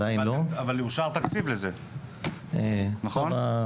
אבל אושר תקציב לזה, נכון?